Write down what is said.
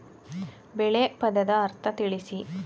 ಬೆಳೆ ಪದದ ಅರ್ಥ ತಿಳಿಸಿ?